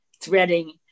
threading